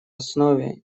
основе